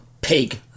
Pig